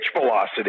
velocity